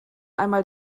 einmal